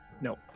no